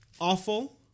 awful